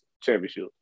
championship